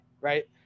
right